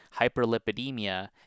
hyperlipidemia